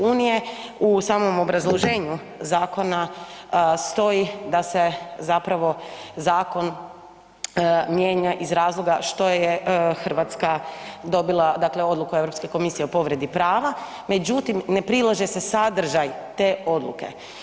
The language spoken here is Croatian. U samom obrazloženju zakona stoji da se zapravo zakon mijenja iz razloga što je Hrvatska dobila, dakle odluku Europske komisije o povredi prava, međutim ne prilaže se sadržaj te odluke.